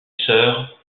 sœur